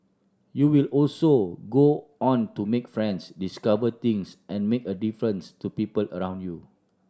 you will also go on to make friends discover things and make a difference to people around you